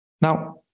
Now